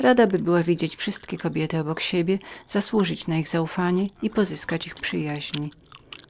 radaby była widzieć wszystkie kobiety obok siebie zasłużyć na ich zaufanie i pozyskać przyjaźń